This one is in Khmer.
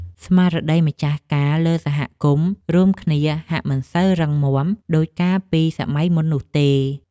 ស្មារតីម្ចាស់ការលើសហគមន៍រួមគ្នាហាក់មិនសូវរឹងមាំដូចកាលពីសម័យមុននោះទេ។